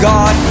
God